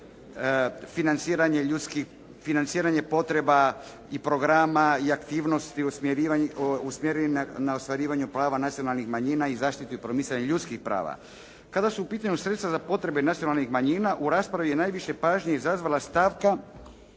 financiranja potreba i programa i aktivnosti usmjereni na ostvarivanje prava nacionalnih manjina i zaštitu i promicanje ljudskih prava. Kada su u pitanju sredstva za potrebe nacionalnih manjina u raspravi je najviše pažnje izazvala stavka